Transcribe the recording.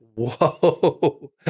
whoa